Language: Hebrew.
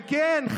וכן,